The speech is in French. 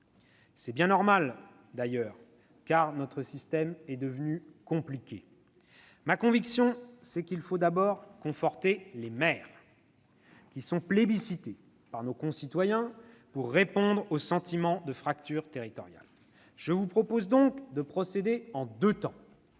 C'est bien normal, d'ailleurs, car notre système est devenu compliqué. « Ma conviction, c'est qu'il faut d'abord conforter les maires, qui sont plébiscités par nos concitoyens, pour répondre au sentiment de fracture territoriale. « Je vous propose donc de procéder en deux temps.